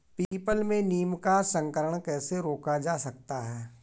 People में नीम का संकरण कैसे रोका जा सकता है?